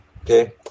Okay